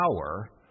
power